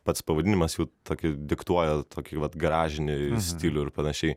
pats pavadinimas jau tokį diktuoja tokį vat garažinį stilių ir panašiai